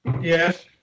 Yes